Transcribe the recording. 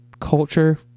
culture